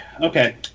Okay